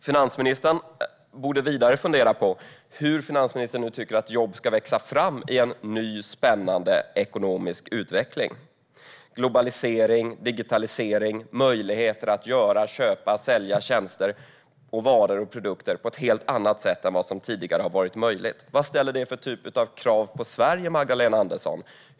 Finansministern borde vidare fundera på hur hon tycker att jobb ska växa fram i en ny, spännande ekonomisk utveckling: globalisering, digitalisering, möjligheter att göra, köpa och sälja tjänster och varor på ett helt annat sätt än vad som tidigare har varit möjligt. Vad ställer det för typ av krav på Sverige, Magdalena Andersson?